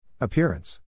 Appearance